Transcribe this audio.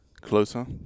Closer